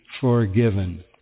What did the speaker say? forgiven